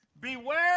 Beware